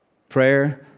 prayer,